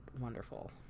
wonderful